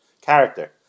character